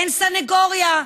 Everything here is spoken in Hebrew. אין סנגוריה,